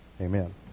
Amen